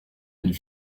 une